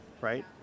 right